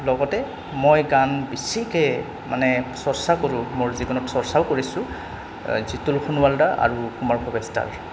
লগতে মই গান বেছিকে মানে চৰ্চা কৰোঁ মোৰ জীৱনত চৰ্চাও কৰিছোঁ জিতুল সোণোৱালদা আৰু কুমাৰ ভৱেশদাৰ